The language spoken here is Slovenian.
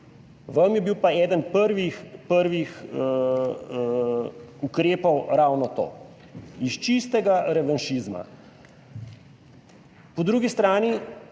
Vam je bil pa eden prvih ukrepov, ravno to, iz čistega revanšizma. Po drugi strani